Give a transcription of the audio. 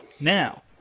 Now –